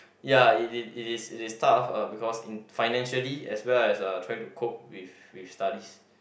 ya it it is it is tough uh because in financially as well as uh trying to cope with with studies